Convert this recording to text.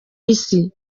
isi